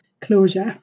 closure